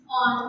on